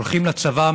הולכים לצבא,